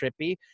trippy